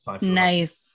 Nice